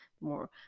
more